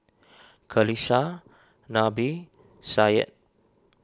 Qalisha Nabil Syed